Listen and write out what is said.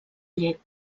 llet